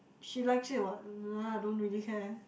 she likes it what I don't really care